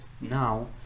Now